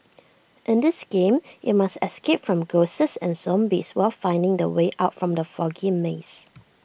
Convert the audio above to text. in this game you must escape from ghosts and zombies while finding the way out from the foggy maze